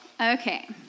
Okay